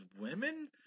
women